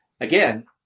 Again